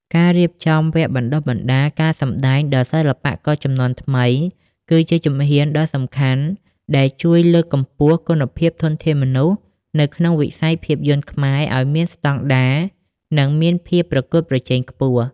ការរៀបចំវគ្គបណ្ដុះបណ្ដាលការសម្ដែងដល់សិល្បករជំនាន់ថ្មី គឺជាជំហានដ៏សំខាន់ដែលជួយលើកកម្ពស់គុណភាពធនធានមនុស្សនៅក្នុងវិស័យភាពយន្តខ្មែរឱ្យមានស្ដង់ដារ និងមានភាពប្រកួតប្រជែងខ្ពស់។